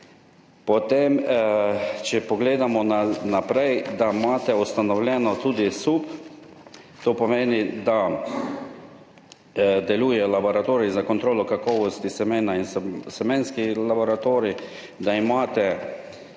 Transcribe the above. Potem če pogledamo naprej, da imate ustanovljeno tudi SUP, to pomeni, da deluje laboratorij za kontrolo kakovosti semena in semenski laboratorij, da imate